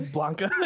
Blanca